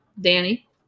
Danny